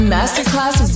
Masterclass